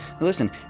Listen